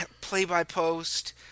play-by-post